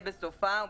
זה אושר, אבל,